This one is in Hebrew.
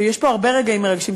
יש פה הרבה רגעים מרגשים,